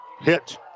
hit